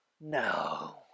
No